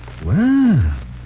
Wow